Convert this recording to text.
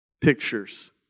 pictures